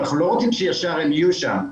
אנחנו לא רוצים שישר הם יהיו שם,